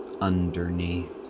underneath